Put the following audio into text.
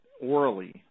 orally